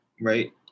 right